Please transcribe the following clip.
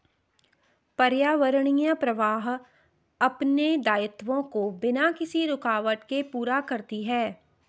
पर्यावरणीय प्रवाह अपने दायित्वों को बिना किसी रूकावट के पूरा करती है